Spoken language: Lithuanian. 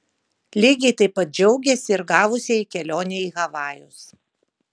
lygiai taip pat džiaugėsi ir gavusieji kelionę į havajus